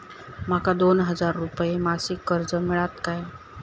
माका दोन हजार रुपये मासिक कर्ज मिळात काय?